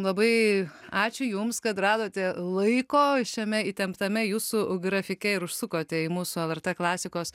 labai ačiū jums kad radote laiko šiame įtemptame jūsų grafike ir užsukote į mūsų lrt klasikos